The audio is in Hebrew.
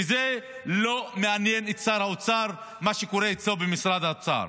לא מעניין את שר האוצר מה שקורה אצלו במשרד האוצר.